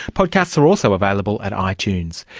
podcasts are also available at ah itunes.